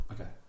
Okay